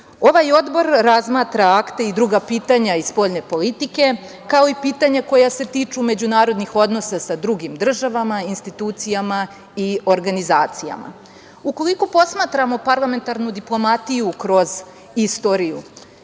Odbor razmatra akte i druga pitanja iz spoljne politike, kao i pitanja koja se tiču međunarodnih odnosa sa drugim državama, institucijama i organizacijama. Ukoliko posmatramo parlamentarnu diplomatiju kroz istoriju,